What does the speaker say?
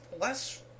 less